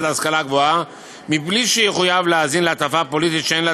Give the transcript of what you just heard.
להשכלה גבוהה מבלי שיחויב להאזין להטפה פוליטית שאין לה